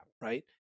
right